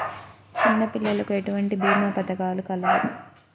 చిన్నపిల్లలకు ఎటువంటి భీమా పథకాలు కలవు?